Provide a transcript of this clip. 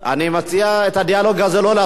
אני מציע את הדיאלוג הזה לא לעשות.